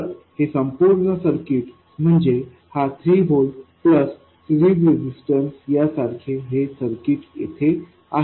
तर हे संपूर्ण सर्किट म्हणजे हा 3 व्होल्ट्स प्लस सिरीज रेझिस्टन्स यासारखेच हे सर्किट येथे आहे